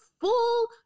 full